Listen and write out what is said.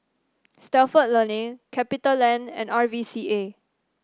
Stalford Learning Capitaland and R V C A